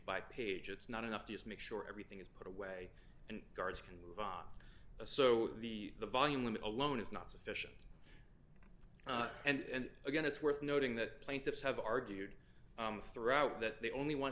by page it's not enough to just make sure everything is put away and guards can move on so the volume limit alone is not sufficient and again it's worth noting that plaintiffs have argued throughout that they only want